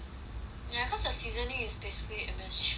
yeah cause the seasoning is basically M_S_G packaging